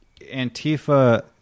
Antifa